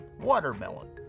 Watermelon